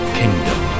kingdom